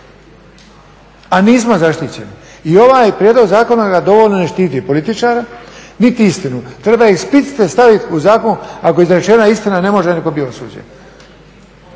a nismo zaštićeni. I ovaj prijedlog zakona ga dovoljno ne štiti političare niti istinu. Treba explicite staviti u zakon ako je izrečena istina ne može …/Govornik se